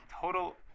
total